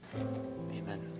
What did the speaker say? Amen